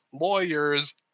lawyers